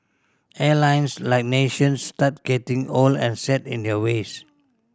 airlines like nations start getting old and set in their ways